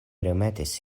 remetis